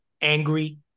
Angry